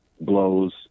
blows